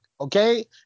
okay